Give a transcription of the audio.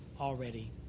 already